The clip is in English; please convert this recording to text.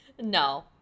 No